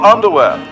Underwear